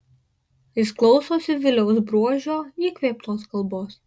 jis klausosi viliaus bruožio įkvėptos kalbos